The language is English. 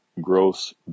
gross